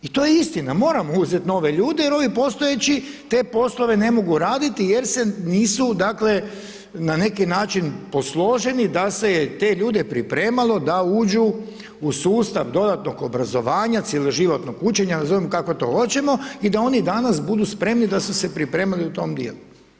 I to je istina, moramo uzeti nove ljude jer ovi postojeći te poslove ne mogu raditi jer se nisu dakle na neki način posloženi da se je te ljude pripremalo da uđu u sustav dodatnog obrazovanja, cjeloživotnog učenja, nazovimo to kako hoćemo i da oni danas budu spremni da su se pripremali u tom djelu.